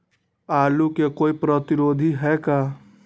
आलू के कोई प्रतिरोधी है का?